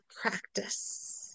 practice